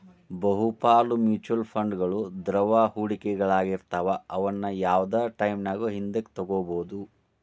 ಬಹುಪಾಲ ಮ್ಯೂಚುಯಲ್ ಫಂಡ್ಗಳು ದ್ರವ ಹೂಡಿಕೆಗಳಾಗಿರ್ತವ ಅವುನ್ನ ಯಾವ್ದ್ ಟೈಮಿನ್ಯಾಗು ಹಿಂದಕ ತೊಗೋಬೋದು